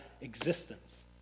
existence